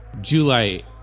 July